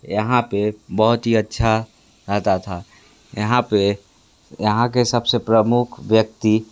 यहाँ पे बहुत ही अच्छा रहता था यहाँ पे यहाँ के सबसे प्रमुख व्यक्ति